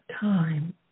time